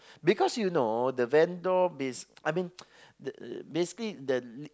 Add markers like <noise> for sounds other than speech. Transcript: because you know the vendor this I mean <noise> the basically the l~